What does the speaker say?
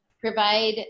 provide